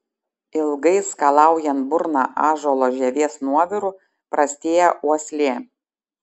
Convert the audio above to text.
ilgai skalaujant burną ąžuolo žievės nuoviru prastėja uoslė